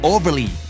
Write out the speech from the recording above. Overly